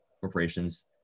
corporations